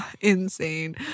insane